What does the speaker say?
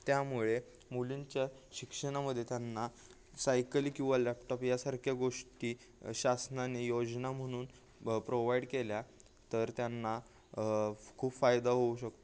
त्यामुळे मुलींच्या शिक्षणामध्ये त्यांना सायकल किंवा लॅपटॉप यासारख्या गोष्टी शासनाने योजना म्हनून प्रोवाईड केल्या तर त्यांना खूप फायदा होऊ शकतो